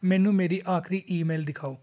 ਮੈਨੂੰ ਮੇਰੀ ਆਖਰੀ ਈਮੇਲ ਦਿਖਾਓ